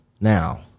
Now